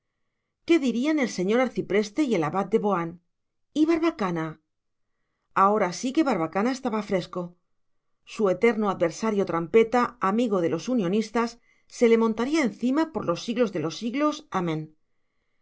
qué dirían el señor arcipreste y el abad de boán y barbacana ahora sí que barbacana estaba fresco su eterno adversario trampeta amigo de los unionistas se le montaría encima por los siglos de los siglos amén